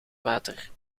water